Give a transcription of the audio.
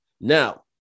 Now